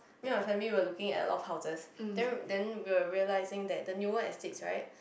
me and family were looking at a lot of houses then then we were realising that the newer estates right